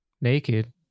naked